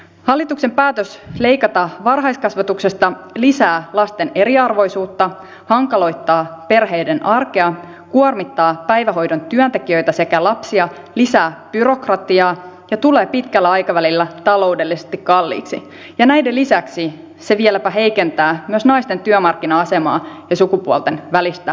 hallituksen päätös leikata varhaiskasvatuksesta lisää lasten eriarvoisuutta hankaloittaa perheiden arkea kuormittaa päivähoidon työntekijöitä sekä lapsia lisää byrokratiaa ja tulee pitkällä aikavälillä taloudellisesti kalliiksi ja näiden lisäksi se vieläpä heikentää myös naisten työmarkkina asemaa ja sukupuolten välistä tasa arvoa